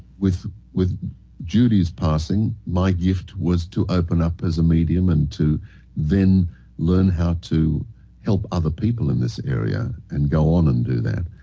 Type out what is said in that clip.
with with judy's passing, my gift was to open up as a medium and to then learn how to help other people in this area and go on and do that.